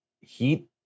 heat